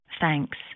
Thanks